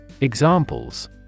Examples